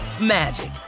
magic